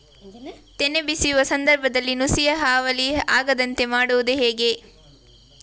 ತೆನೆ ಬಿಡುವ ಸಂದರ್ಭದಲ್ಲಿ ನುಸಿಯ ಹಾವಳಿ ಆಗದಂತೆ ಮಾಡುವುದು ಹೇಗೆ?